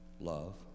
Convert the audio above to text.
Love